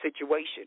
situation